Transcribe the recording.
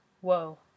Whoa